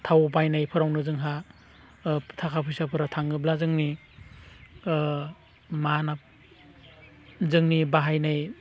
थाव बायनायफोरावनो जोंहा थाखा फैसाफोरा थाङोब्ला जोंनि मा होनना बुङो जोंनि बाहायनाय